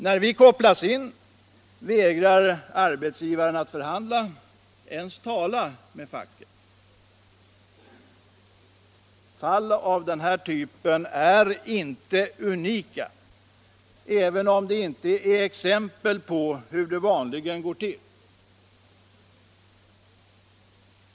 När vi kopplas in vägrar arbetsgivaren att förhandla eller ens tala med facket. Fall av den här typen är inte unika, även om de inte är exempel på hur det vanligen går till.